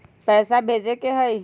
पैसा भेजे के हाइ?